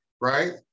right